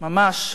ממש.